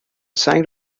سنگ